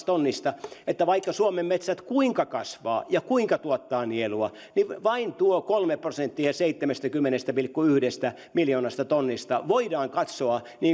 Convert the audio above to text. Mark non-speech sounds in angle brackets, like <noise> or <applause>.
<unintelligible> tonnista vaikka suomen metsät kuinka kasvavat ja kuinka tuottavat nielua niin vain tuo kolme prosenttia seitsemästäkymmenestä pilkku yhdestä miljoonasta tonnista voidaan katsoa